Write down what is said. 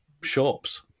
shops